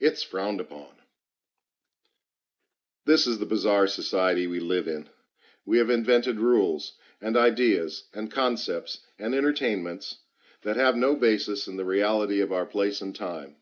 it's frowned upon this is the bizarre society we live in we have invented rules and ideas and concepts and entertainments that have no basis in the reality of our place and time